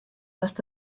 datst